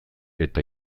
eta